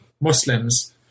Muslims